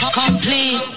complete